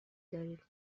دارید